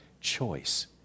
choice